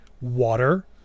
water